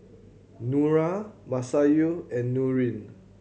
Nura Masayu and Nurin